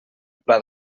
pla